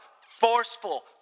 forceful